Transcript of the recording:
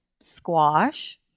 squash